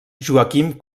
joaquim